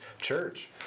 church